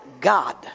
God